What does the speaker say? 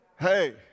Hey